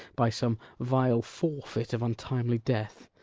by some vile forfeit of untimely death